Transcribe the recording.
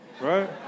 right